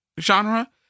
genre